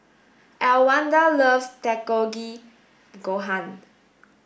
Elwanda loves Gohan